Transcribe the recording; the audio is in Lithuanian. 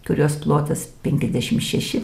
kurios plotis penkiasdešimt šeši